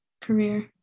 career